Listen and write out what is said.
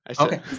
Okay